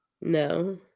No